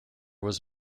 was